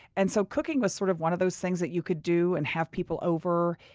and so, cooking was sort of one of those things that you could do and have people over.